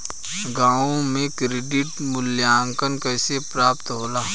गांवों में क्रेडिट मूल्यांकन कैसे प्राप्त होला?